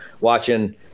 watching